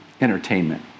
entertainment